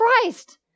Christ